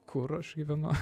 kur aš gyvenu